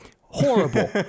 horrible